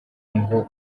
ngo